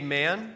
man